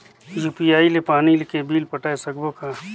UPI ले पानी के बिल पटाय सकबो कौन?